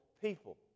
people